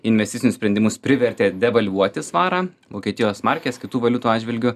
investicinius sprendimus privertė devalvuoti svarą vokietijos markės kitų valiutų atžvilgiu